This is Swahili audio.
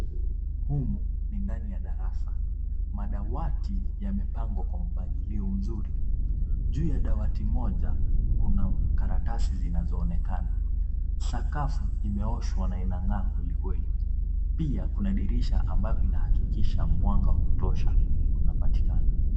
Humu ni ndani ya darasa. Madawati yamepangwa kwa mpangilio mzuri. Juu ya dawati moja, kuna karatasi zinazoonekana. Sakafu imeoshwa na inang'aa kweli kweli. Pia Kuna dirisha ambayo inahakikisha mwanga wa kutosha unapatikana.